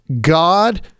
god